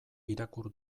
irakur